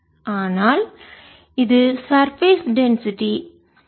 ஆனால் இது சர்பேஸ் மேற்பரப்பு டென்சிட்டி அடர்த்தி